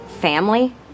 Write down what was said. Family